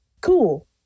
cool